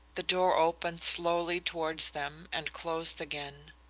the door opened slowly towards them and closed again.